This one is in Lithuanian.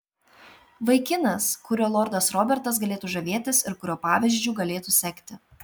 vaikinas kuriuo lordas robertas galėtų žavėtis ir kurio pavyzdžiu galėtų sekti